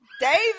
David